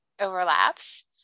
overlaps